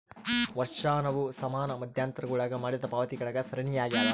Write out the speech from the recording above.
ವರ್ಷಾಶನವು ಸಮಾನ ಮಧ್ಯಂತರಗುಳಾಗ ಮಾಡಿದ ಪಾವತಿಗಳ ಸರಣಿಯಾಗ್ಯದ